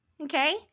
Okay